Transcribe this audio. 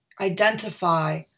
identify